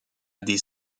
des